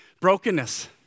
Brokenness